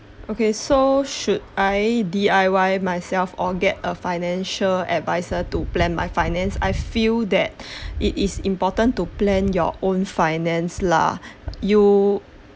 okay so should I D_I_Y myself or get a financial adviser to plan my finance I feel that it is important to plan your own finance lah you